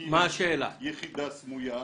יקים יחידה סמויה.